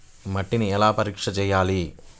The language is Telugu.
మట్టిని ఎలా పరీక్ష చేయాలి?